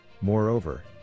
Moreover